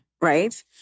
right